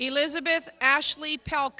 elizabeth ashley pal